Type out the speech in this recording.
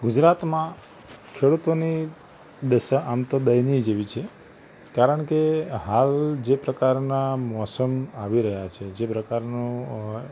ગુજરાતમાં ખેડૂતોની દશા આમ તો દયનિય જેવી છે કારણ કે હાલ જે પ્રકારના મોસમ આવી રહ્યા છે જે પ્રકારનું